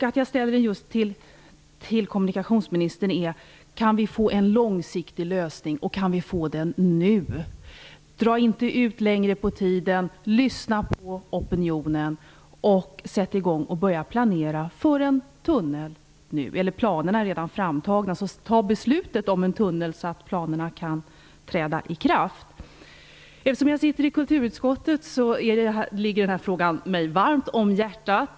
Att jag ställer frågan just till kommunikationsministern beror på att jag vill veta om vi nu kan få till stånd en långsiktig lösning. Dra inte ut längre på tiden! Lyssna på opinionen! Börja planera för en tunnel nu! Planerna är redan framtagna. Fatta därför ett beslut om en tunnel så att planerna kan sättas i verket! Jag sitter i kulturutskottet. Därför ligger denna fråga mig varmt om hjärtat.